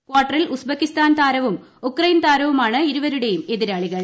ക്വാർട്ടറിൽ ഉസ്ബക്കിസ്ഥാൻ താരവും ഉക്റൈൻ താരവുമാണ് ഇരുവരുടെയും എതിരാളികൾ